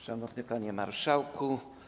Szanowny Panie Marszałku!